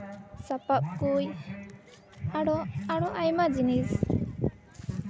ᱥᱟᱯᱟᱯ ᱠᱚ ᱟᱨᱚ ᱟᱨᱚ ᱟᱭᱢᱟ ᱡᱤᱱᱤᱥ